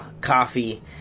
coffee